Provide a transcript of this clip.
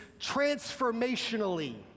transformationally